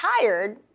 tired